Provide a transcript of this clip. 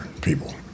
people